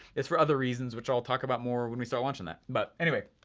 it's for other reasons, which i'll talk about more when we start launching that. but, anyway,